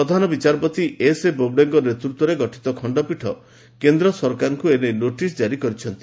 ପ୍ରଧାନ ବିଚାରପତି S A ବୋବଡେଙ୍କ ନେତୁତ୍ୱରେ ଗଠିତ ଖନ୍ତପୀଠ କେନ୍ଦ୍ର ସରକାରଙ୍କୁ ଏ ନେଇ ନୋଟିସ୍ ଜାରି କରିଛନ୍ତି